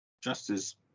justice